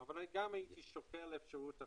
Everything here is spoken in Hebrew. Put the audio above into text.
הייתי שוקל גם אפשרות אחרת,